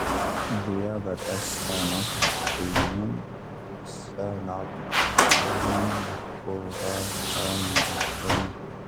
ⴰⴷⵉⵢⴰⴷⴰⵜⴰⵙⴰⵏⴰ ⴰⴽⵓⵏⵓⵏ, ⵙⴰⵏⴰ ⴰⴽ ⵜⵉⴱⵉⵏ, ⴰⴽⵓⵔⴰⵜⴰⵎ ⵊⵓⴱⵉⵏ.